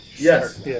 Yes